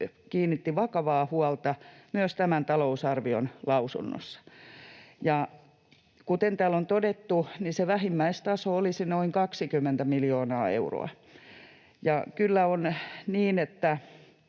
kiinnitti siihen vakavaa huomiota myös tämän talousarvion lausunnossa. Kuten täällä on todettu, se vähimmäistaso olisi noin 20 miljoonaa euroa. Ja kyllä on niin, että